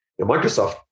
Microsoft